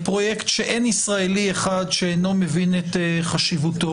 פרויקט שאין ישראלי אחד שאינו מבין את חשיבותו.